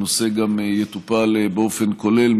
הנושא יטופל גם באופן כולל,